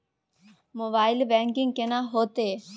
Mobile banking केना हेते?